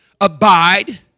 abide